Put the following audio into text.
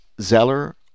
Zeller